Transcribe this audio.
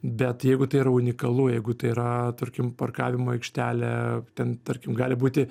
bet jeigu tai yra unikalu jeigu tai yra tarkim parkavimo aikštelė ten tarkim gali būti